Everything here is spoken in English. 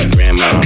Grandma